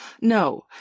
No